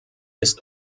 ist